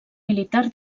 militar